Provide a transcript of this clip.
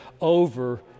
over